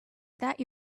that